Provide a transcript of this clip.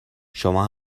شما